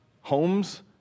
homes